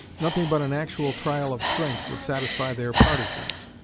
nothing but an actual trial of strength would satisfy their partisans.